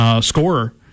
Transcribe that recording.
scorer